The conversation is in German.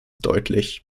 deutlich